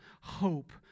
hope